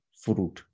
fruit